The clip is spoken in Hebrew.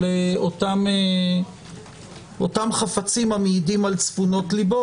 של אותם חפצים המעידים על צפונות ליבו,